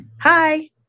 hi